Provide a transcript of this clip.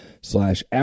slash